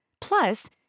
Plus